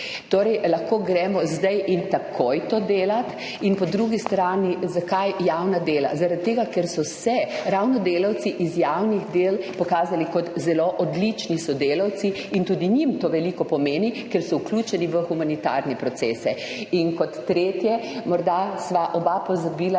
torej lahko gremo zdaj in takoj to delat. Po drugi strani, zakaj javna dela? Zaradi tega, ker so se ravno delavci iz javnih del pokazali kot zelo odlični sodelavci in tudi njim to veliko pomeni, ker so vključeni v humanitarne procese. Kot tretje, morda sva oba pozabila